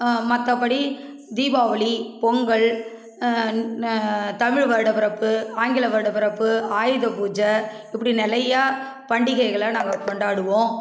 மற்றபடி தீபாவளி பொங்கல் தமிழ் வருடப்பிறப்பு ஆங்கில வருடப்பிறப்பு ஆயுத பூஜை இப்படி நிறையா பண்டிகைகளை நாங்கள் கொண்டாடுவோம்